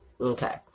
okay